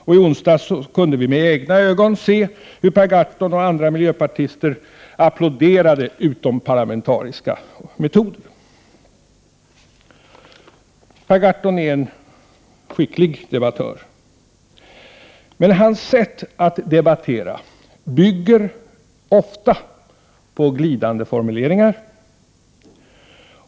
I onsdags kunde vi också med egna ögon se Per Gahrton och några andra miljöpartister applådera utomparlamentariska metoder. Per Gahrton är en skicklig debattör. Men hans debatteknik bygger ofta på glidande formuleringar.